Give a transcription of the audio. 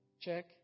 check